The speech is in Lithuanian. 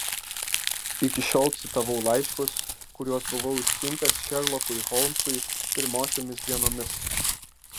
iki šiol citavau laiškus kuriuos buvau išsiuntęs šerlokui holmsui pirmosiomis dienomis